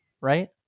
right